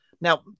Now